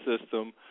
system